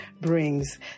brings